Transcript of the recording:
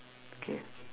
K